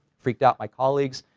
freaked out my colleagues.